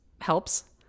helps